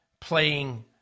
playing